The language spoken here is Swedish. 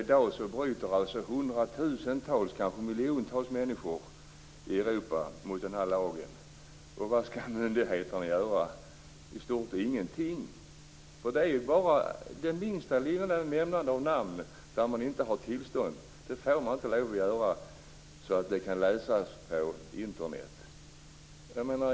Jag tror att hundratusentals, kanske miljontals, människor i Europa redan i dag bryter mot denna lag. Vad skall myndigheterna göra? De skall i stort inte göra någonting. Om man inte har tillstånd får man inte nämna det minsta lilla namn så att det kan läsas på Internet.